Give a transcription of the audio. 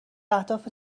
اهداف